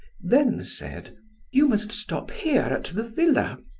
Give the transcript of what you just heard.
then said you must stop here, at the villa.